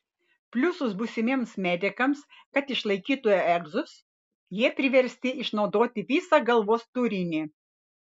pliusas būsimiems medikams kad išlaikytų egzus jie priversti išnaudoti visą galvos turinį